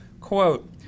quote